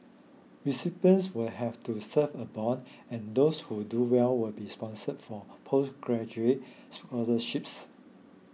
recipients will have to serve a bond and those who do well will be sponsored for postgraduate scholarships